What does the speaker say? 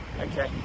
Okay